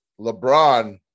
LeBron